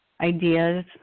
ideas